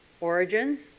Origins